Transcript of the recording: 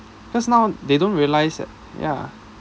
cause now they don't realise that ya